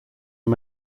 are